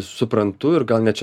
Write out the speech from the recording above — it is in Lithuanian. suprantu ir gal net čia